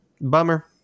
bummer